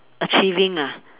achieving ah